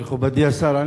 מכובדי השר,